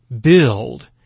build